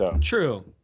True